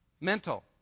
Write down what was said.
mental